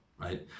right